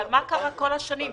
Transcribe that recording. מה קרה כל השנים?